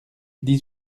dix